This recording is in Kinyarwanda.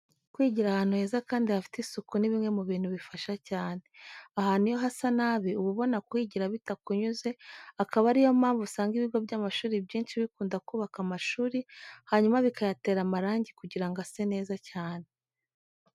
Kwigira ahantu heza kandi hafite isuku ni bimwe mu bintu bifasha cyane. Ahantu iyo hasa nabi uba ubona kuhigira bitakunyuze, akaba ari yo mpamvu usanga ibigo by'amashuri byinshi bikunda kubaka amashuri hanyuma bikayatera amarangi kugira ngo ase neza cyane.